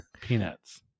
Peanuts